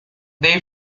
dave